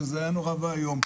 שזה היה נורא ואיום.